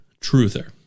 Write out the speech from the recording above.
truther